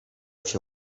się